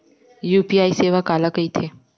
UPI सेवा काला कइथे?